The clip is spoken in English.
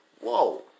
Whoa